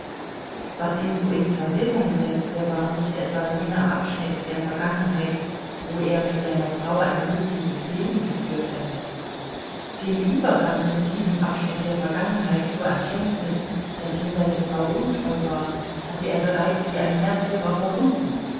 was ihn so in verwirrung setzte war nicht etwa jener abschnitt der vergangenheit wo er mit seiner frau ein glückliches leben geführt hatte den übergang von diesem abschnitt der vergangenheit zur erkenntnis daß ihm seine frau untreu war hatte er bereits wie ein märtyrer verwunden